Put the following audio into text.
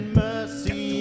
mercy